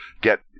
get